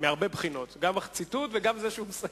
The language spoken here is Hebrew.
מהרבה בחינות, גם בציטוט, וגם בזה שהוא מסיים.